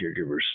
caregivers